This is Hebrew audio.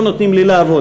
לא נותנים לי לעבוד.